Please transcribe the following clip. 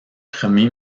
premier